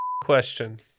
question